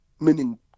Meaning